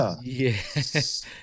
Yes